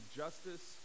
justice